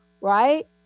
right